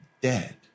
dead